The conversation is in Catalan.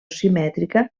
simètrica